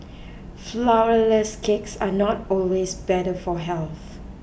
Flourless Cakes are not always better for health